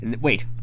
Wait